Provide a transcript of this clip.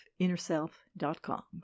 InnerSelf.com